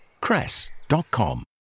Cress.com